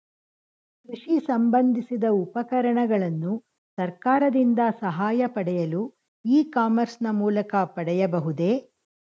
ಕೃಷಿ ಸಂಬಂದಿಸಿದ ಉಪಕರಣಗಳನ್ನು ಸರ್ಕಾರದಿಂದ ಸಹಾಯ ಪಡೆಯಲು ಇ ಕಾಮರ್ಸ್ ನ ಮೂಲಕ ಪಡೆಯಬಹುದೇ?